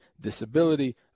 disability